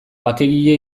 bakegile